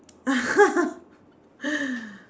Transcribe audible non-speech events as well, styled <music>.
<laughs>